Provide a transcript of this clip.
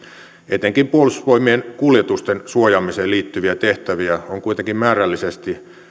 etenkin puolustusvoimien kuljetusten suojaamiseen liittyviä tehtäviä on kuitenkin määrällisesti